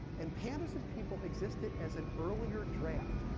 and pandas and people existed as an earlier draft.